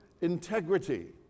integrity